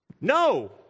No